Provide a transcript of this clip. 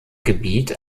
gebiet